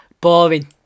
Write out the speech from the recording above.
boring